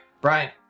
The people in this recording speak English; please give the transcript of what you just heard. Brian